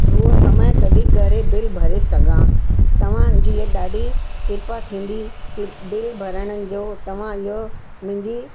उहो समय कढी करे बिल भरे सघां तव्हांजी ॾाढी कृपा थींदी की बिल भरण जो तव्हां इहो मुंहिंजी